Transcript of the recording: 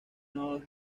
los